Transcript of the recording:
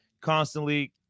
Constantly